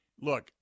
Look